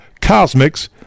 Cosmics